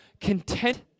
content